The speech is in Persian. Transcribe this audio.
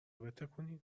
بتکونیم